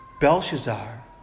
Belshazzar